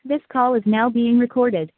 this call is now being recorded